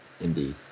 Indeed